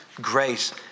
grace